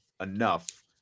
enough